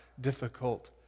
difficult